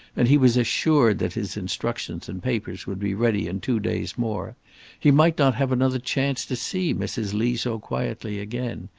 and he was assured that his instructions and papers would be ready in two days more he might not have another chance to see mrs. lee so quietly again,